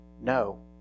no